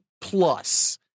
plus